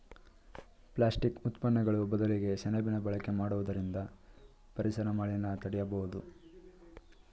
plastic ಉತ್ಪನ್ನಗಳು ಬದಲಿಗೆ ಸೆಣಬಿನ ಬಳಕೆ ಮಾಡುವುದರಿಂದ ಪರಿಸರ ಮಾಲಿನ್ಯ ತಡೆಯಬೋದು